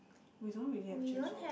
we don't really have chainsaw